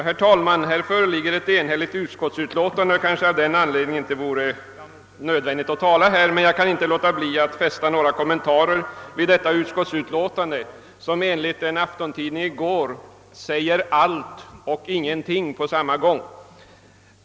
Herr talman! I denna fråga föreligger ett enhälligt utskottsutlåtande. Av den anledningen vore det kanske inte nödvändigt att yttra sig, men jag kan inte underlåta att fästa några kommentarer vid detta utlåtande, som enligt en aftontidning från i går säger allt och ingenting på samma gång.